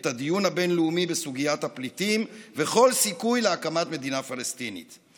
את הדיון הבין-לאומי בסוגיית הפליטים וכל סיכוי להקמת מדינה פלסטינית.